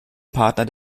partner